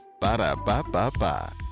Ba-da-ba-ba-ba